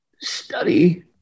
study